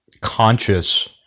conscious